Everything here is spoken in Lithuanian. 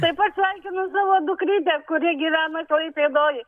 taip pat sveikinu savo dukrytę kuri gyvena klaipėdoj